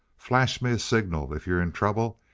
flash me a signal if you're in trouble,